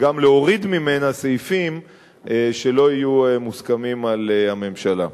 וגם להוריד ממנה סעיפים שלא יהיו מוסכמים על הממשלה.